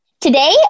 Today